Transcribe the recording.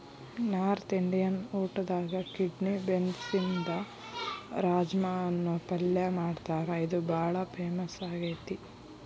north Indian ಊಟದಾಗ kidney ಬೇನ್ಸ್ನಿಂದ ರಾಜ್ಮಾ ಅನ್ನೋ ಪಲ್ಯ ಮಾಡ್ತಾರ ಇದು ಬಾಳ ಫೇಮಸ್ ಆಗೇತಿ